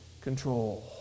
control